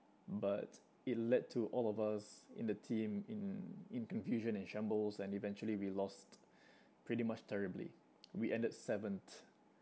but it led to all of us in the team in in confusion and shambles and eventually we lost pretty much terribly we ended seventh